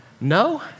no